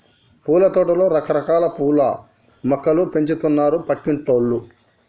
పూలతోటలో రకరకాల పూల మొక్కలు పెంచుతున్నారు పక్కింటోల్లు